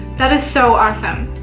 that is so awesome,